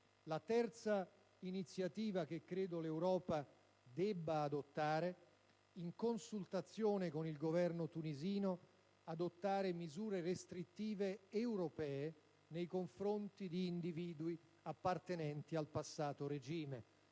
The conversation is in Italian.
La terza iniziativa che credo l'Europa debba avviare, in consultazione con il Governo tunisino, è l'adozione di misure restrittive europee nei confronti di individui appartenenti al passato regime